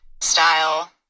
style